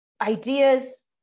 ideas